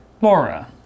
laura